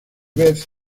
beth